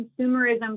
consumerism